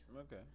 Okay